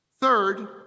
Third